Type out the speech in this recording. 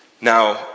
Now